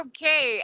Okay